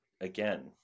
again